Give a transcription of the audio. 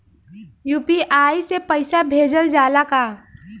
UPI से पईसा भेजल जाला का?